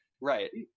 Right